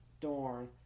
Dorn